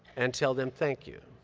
and tell them thank you.